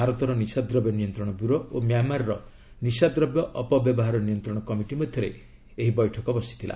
ଭାରତର ନିଶାଦ୍ରବ୍ୟ ନିୟନ୍ତ୍ରଣ ବ୍ୟୁରୋ ଓ ମ୍ୟାମାର୍ର ନିଶାଦବ୍ୟ ଅପବ୍ୟବହାର ନିୟନ୍ତ୍ରଣ କମିଟି ମଧ୍ୟରେ ଏହି ବୈଠକ ଅନୁଷ୍ଠିତ ହୋଇଛି